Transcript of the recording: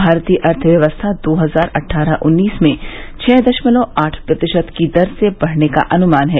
भारतीय अर्थव्यवस्था दो हजार अट्ठारह उन्नीस में छह दशमलव आठ प्रतिशत की दर से बढ़ने का अनुमान है